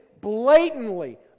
blatantly